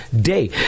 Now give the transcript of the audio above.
day